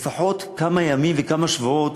לפחות כמה ימים וכמה שבועות